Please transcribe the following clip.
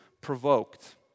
provoked